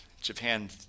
Japan